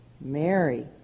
Mary